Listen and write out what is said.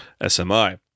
SMI